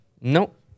Nope